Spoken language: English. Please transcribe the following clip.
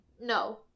No